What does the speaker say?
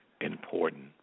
important